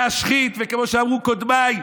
להשחית, וכמו שאמרו קודמיי,